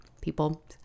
people